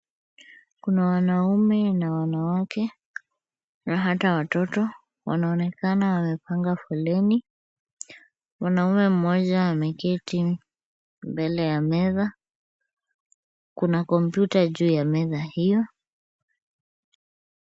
Kuna wanaume na wanawake na hata watoto, wanaonekana wamepanga foleni , mwanamume mmoja ameketi mbele ya meza. Kuna kompyuta juu ya meza iyo.